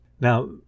Now